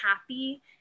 happy